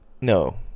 No